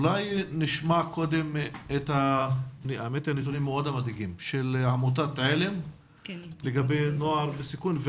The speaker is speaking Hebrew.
אולי נשמע קודם את הנתונים המדאיגים של עמותת עלם לגבי נוער בסיכון,